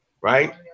Right